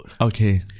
okay